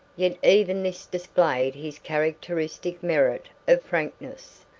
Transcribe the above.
yet even this displayed his characteristic merit of frankness.